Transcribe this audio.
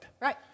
Right